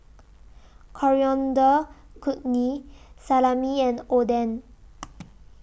Coriander Chutney Salami and Oden